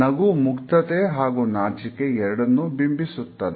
ನಗು ಮುಕ್ತತೆ ಹಾಗೂ ನಾಚಿಕೆ ಎರಡನ್ನೂ ಬಿಂಬಿಸುತ್ತದೆ